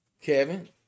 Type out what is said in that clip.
Kevin